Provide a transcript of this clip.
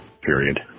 period